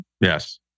yes